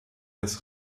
des